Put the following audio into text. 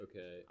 okay